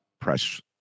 press